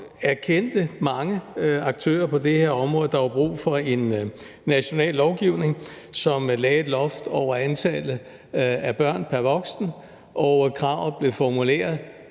erkendte mange aktører på det her område, at der var brug for en national lovgivning, som lagde et loft over antallet af børn pr. voksen, og kravet blev formuleret,